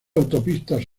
autopistas